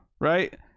right